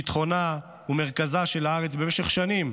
ביטחונה ומרכזה של הארץ במשך שנים,